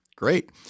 Great